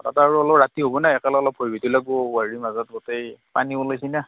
তাত আৰু অলপ ৰাতি হ'ব না সেইকাৰণে অলপ ভয় ভীতো লাগিব হেৰিৰ মাজত গোটেই পানী সোমাইছে না